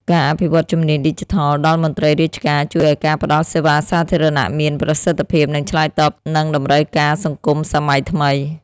ការអភិវឌ្ឍជំនាញឌីជីថលដល់មន្ត្រីរាជការជួយឱ្យការផ្តល់សេវាសាធារណៈមានប្រសិទ្ធភាព និងឆ្លើយតបនឹងតម្រូវការសង្គមសម័យថ្មី។